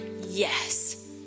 Yes